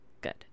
good